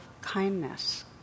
kindness